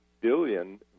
billion